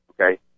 Okay